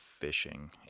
fishing